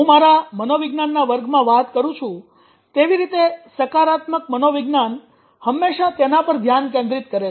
હું મારા મનોવિજ્ઞાનના વર્ગમાં વાત કરું છું તેવી રીતે સકારાત્મક મનોવિજ્ઞાન હંમેશાં તેના પર ધ્યાન કેન્દ્રિત કરે છે